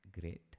great